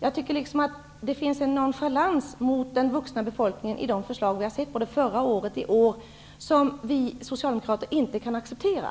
Jag tycker att det både i förslaget förra året och i förslaget i år visas en nonchalans mot den vuxna befolkningen, och det kan vi socialdemokrater inte acceptera.